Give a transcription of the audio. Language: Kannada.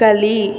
ಕಲಿ